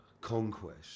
conquest